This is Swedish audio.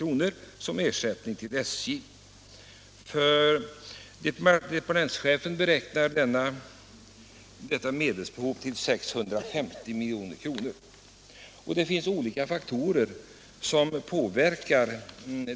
Olika faktorer påverkar bedömningen av det erforderliga beloppet.